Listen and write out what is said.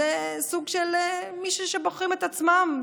זה סוג של מי שבוחרים את עצמם,